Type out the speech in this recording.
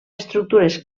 estructures